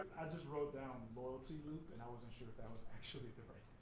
just wrote down loyalty loop and i wasn't sure if that was actually the right